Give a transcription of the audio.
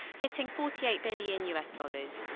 hitting forty eight billion u s. dollars.